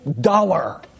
dollar